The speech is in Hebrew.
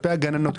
כלפי הגננות,